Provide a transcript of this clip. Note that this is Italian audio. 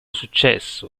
successo